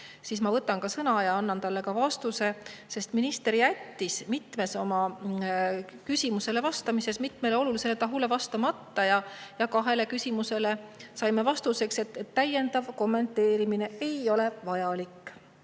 siis ma võtan ka sõna ja annan talle vastuse. Sest minister jättis küsimustele vastamisel mitmele olulisele tahule vastamata ja kahele küsimusele saime vastuseks, et täiendav kommenteerimine ei ole vajalik.